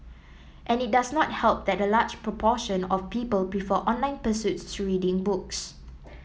and it does not help that a large proportion of people before online pursuits to reading books